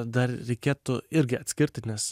dar reikėtų irgi atskirti nes